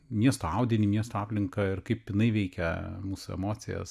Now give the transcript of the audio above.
miesto audinį miesto aplinką ir kaip jinai veikia mūsų emocijas